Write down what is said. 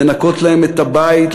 לנקות להם את הבית,